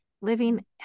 Living